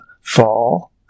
fall